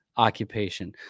occupation